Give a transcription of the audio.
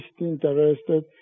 interested